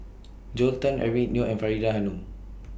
Joel Tan Eric Neo and Faridah Hanum